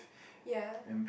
ya